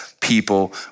people